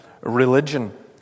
religion